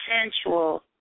sensual